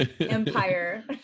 empire